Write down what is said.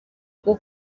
bwo